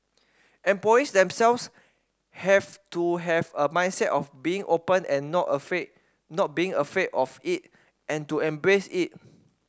employees themselves have to have a mindset of being open and not afraid not being afraid of it and to embrace it